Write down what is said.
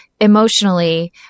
emotionally